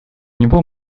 него